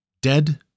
dead